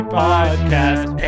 podcast